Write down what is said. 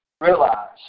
realize